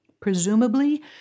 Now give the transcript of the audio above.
Presumably